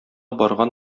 барган